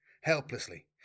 helplessly